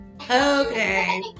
Okay